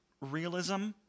realism